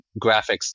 graphics